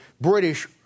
British